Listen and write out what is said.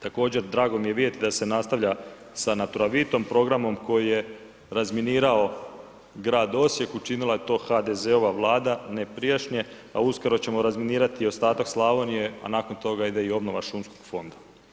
Također, drago mi je vidjeti da se nastavlja sa Naturavitom, programom koji je razminirao grad Osijek, učinila je to HDZ-ova Vlada, ne prijašnje, a uskoro ćemo razminirati i ostatak Slavonije, a nakon toga ide i obnova šumskog fonda.